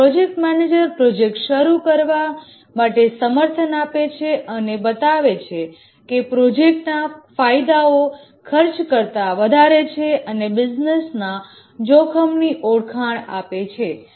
અહીંયા project manager project શરૂ કરવા માટે સમર્થન આપે છે અને બતાવે છે કે પ્રોજેક્ટ ના ફાયદાઓ કોસ્ટ કરતા વધારે છે અને બિઝનેસના રિસ્ક ની ઓળખાણ આપે છે